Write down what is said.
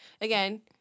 again